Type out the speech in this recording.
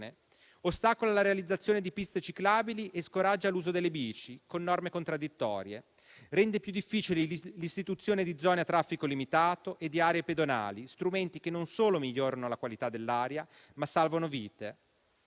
inoltre, la realizzazione di piste ciclabili e scoraggia l'uso delle bici con norme contraddittorie; rende più difficile l'istituzione di zone a traffico limitato e di aree pedonali, strumenti che non solo migliorano la qualità dell'aria, ma salvano vite.